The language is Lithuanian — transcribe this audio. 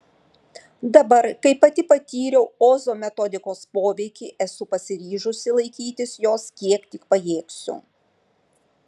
dabar kai pati patyriau ozo metodikos poveikį esu pasiryžusi laikytis jos kiek tik pajėgsiu